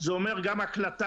זה אומר גם הקלטה?